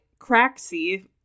Craxy